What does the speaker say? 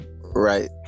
Right